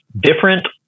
different